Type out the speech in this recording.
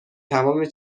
تمام